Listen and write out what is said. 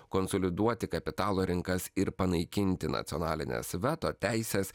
konsoliduoti kapitalo rinkas ir panaikinti nacionalines veto teises